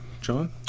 John